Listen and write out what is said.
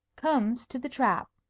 comes to the trap.